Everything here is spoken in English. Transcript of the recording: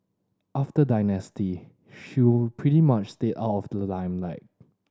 after Dynasty she pretty much stayed out of the limelight